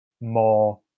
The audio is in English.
More